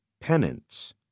penance